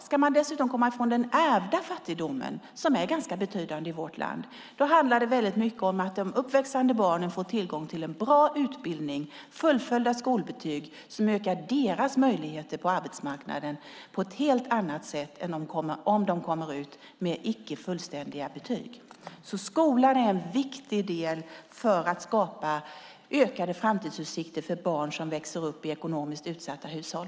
Ska man dessutom komma ifrån den ärvda fattigdomen, som är ganska betydande i vårt land, handlar det mycket om att de uppväxande barnen får tillgång till en bra utbildning och har fullföljda skolbetyg, vilket ökar deras möjligheter på arbetsmarknaden på ett helt annat sätt än om de kommer ut med icke fullständiga betyg. Skolan är alltså en viktig del för att skapa ökade framtidsutsikter för barn som växer upp i ekonomiskt utsatta hushåll.